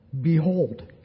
behold